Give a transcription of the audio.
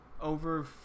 over